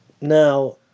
now